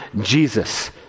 Jesus